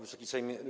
Wysoki Sejmie!